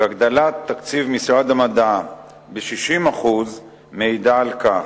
והגדלת תקציב משרד המדע ב-60% מעידה על כך.